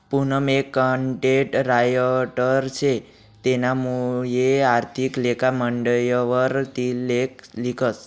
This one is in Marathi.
पूनम एक कंटेंट रायटर शे तेनामुये आर्थिक लेखा मंडयवर ती लेख लिखस